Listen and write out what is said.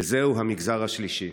וזהו המגזר השלישי.